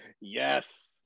Yes